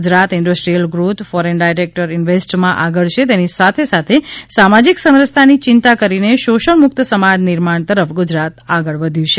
Gujarat industrial growth foreign direct ઇન્વેસ્ટમાં આગળ છે તેની સાથે સામાજિક સમરસતાની ચિંતા કરીને શોષણમુકત સમાજ નિર્માણ તરફ ગુજરાત આગળ વધ્યું છે